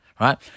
right